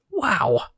Wow